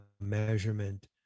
measurement